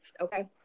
Okay